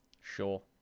Sure